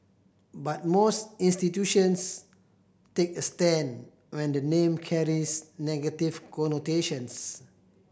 but most institutions take a stand when the name carries negative connotations